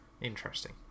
Interesting